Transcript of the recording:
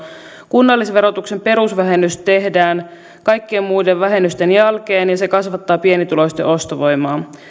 kunnallisverotuksen perusvähennys tehdään kaikkien muiden vähennysten jälkeen ja se kasvattaa pienituloisten ostovoimaa